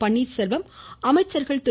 பன்னீர்செல்வம் அமைச்சர்கள் திரு